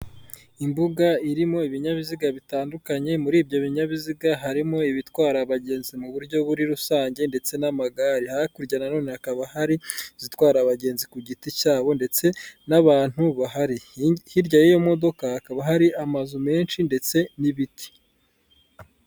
Imbuga irimo ibinyabiziga bitandukanye muri ibyo binyabiziga harimo ibitwara abagenzi mu buryo buri rusange ndetse n'amagare hakurya nanone hakaba hari izitwara abagenzi ku giti cyabo ndetse n'abantu bahari hirya y'iyo modoka hakaba hari amazu menshi ndetse n'ibiti.